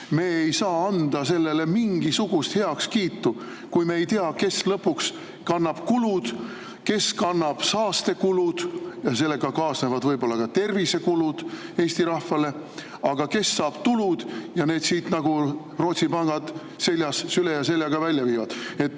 me ei saa anda sellele mingisugust heakskiitu, kui me ei tea, kes lõpuks kannab kulud, kes kannab saastekulud ja sellega võib-olla kaasnevad tervisekulud Eesti rahvale. Aga kes saab tulud ja need siit nagu Rootsi pangad süle ja seljaga välja viib?